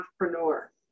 entrepreneur